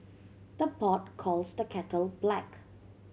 the pot calls the kettle black